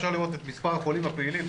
אפשר לראות את מס' החולים הפעילים,